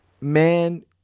man